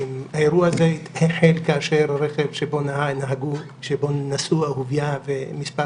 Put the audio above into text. האירוע הזה החל כאשר רכב שבו נסעו אהוביה ומספר